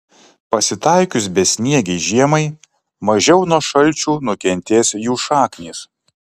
pasitaikius besniegei žiemai mažiau nuo šalčių nukentės jų šaknys